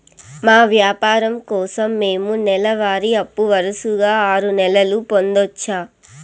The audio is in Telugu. మా వ్యాపారం కోసం మేము నెల వారి అప్పు వరుసగా ఆరు నెలలు పొందొచ్చా?